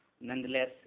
Nonetheless